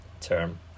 term